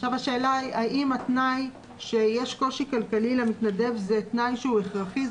עכשיו השאלה האם התנאי שיש קושי כלכלי למתנדב זה תנאי שהוא הכרחי,